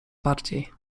bardziej